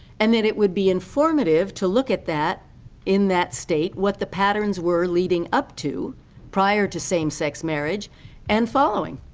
and that it would be informative to look at in that state what the patterns were leading up to prior to same-sex marriage and following.